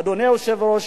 אדוני היושב-ראש,